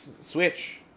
switch